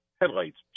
headlights